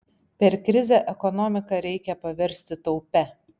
per krizę ekonomiką reikia paversti taupia